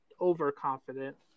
overconfident